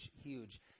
huge